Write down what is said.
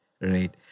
Right